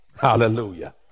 Hallelujah